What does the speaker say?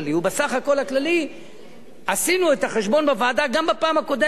בסך הכול הכללי עשינו את החשבון בוועדה גם בפעם הקודמת,